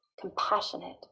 compassionate